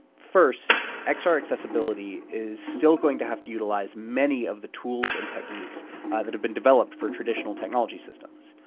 first, xr ah accessibility is still going to have to utilize many of the tools and techniques that have been developed for traditional technology systems.